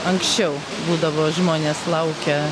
anksčiau būdavo žmonės laukia